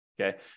okay